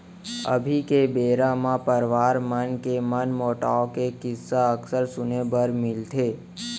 अभी के बेरा म परवार मन के मनमोटाव के किस्सा अक्सर सुने बर मिलथे